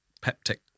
peptic